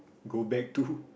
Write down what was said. go back to